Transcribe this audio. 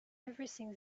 everything